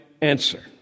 answer